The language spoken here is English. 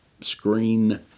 screen